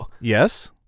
Yes